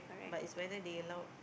but is whether they allow or not